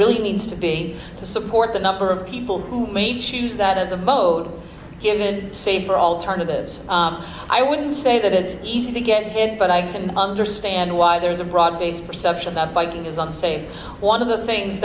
really needs to be to support the number of people who may choose that as a vote given safer alternatives i wouldn't say that it's easy to get it but i can understand why there's a broad base perception that biking is on say one of the things